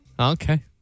Okay